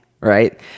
right